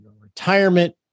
retirement